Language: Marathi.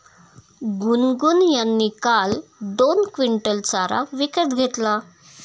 गुनगुन यांनी काल दोन क्विंटल चारा विकत घेतला